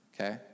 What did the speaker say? okay